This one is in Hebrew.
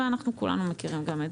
ואנחנו כולנו מכירים גם את זה.